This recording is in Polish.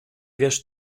wiesz